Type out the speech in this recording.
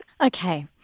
Okay